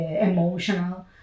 emotional